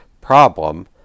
problem